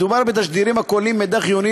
מדובר בתשדירים הכוללים מידע חיוני